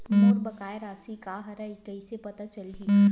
मोर बकाया राशि का हरय कइसे पता चलहि?